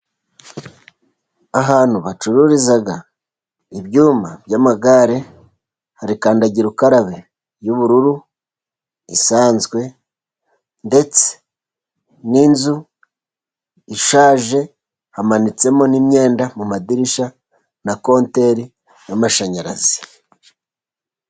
Ahantu bacururiza ibyuma by'amagare, hari kandagira ukarabe y'ubururu isanzwe, ndetse n'inzu ishaje hamanitsemo n'imyenda mu madirishya na konteri y'amashanyarazi.